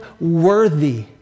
worthy